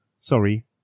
Sorry